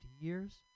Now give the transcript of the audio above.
years